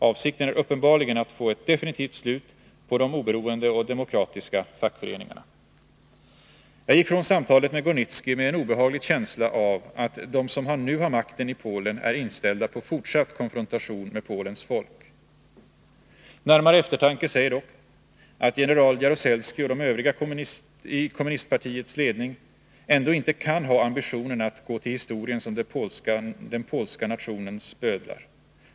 Avsikten är uppenbarligen att få ett definitivt slut på de oberoende och demokratiska fackföreningarna. Jag gick från samtalet med Gornicki med en obehaglig känsla av att de som nu har makten i Polen är inställda på fortsatt konfrontation med Polens folk. Närmare eftertanke säger dock att general Jaruzelski och de övriga i kommunistpartiets ledning ändå inte kan ha ambitionen att gå till historien som den polska nationens bödlar.